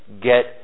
get